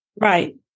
Right